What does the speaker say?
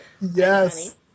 Yes